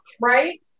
right